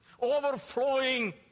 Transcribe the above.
overflowing